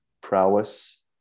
prowess